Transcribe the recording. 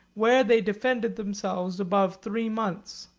where they defended themselves above three months.